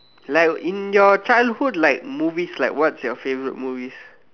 like in your childhood like movies like what is your favourite movies